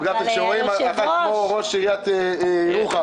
כשרואים מישהי כמו ראש עיריית ירוחם